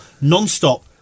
non-stop